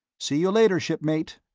see you later, shipmate.